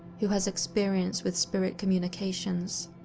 who has experience with spirit communications.